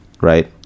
Right